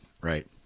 Right